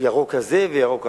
ירוק כזה וירוק אחר,